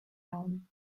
wrong